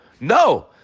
No